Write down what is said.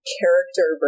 character